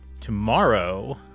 tomorrow